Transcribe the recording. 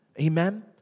Amen